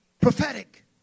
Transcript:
prophetic